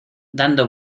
dando